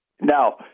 Now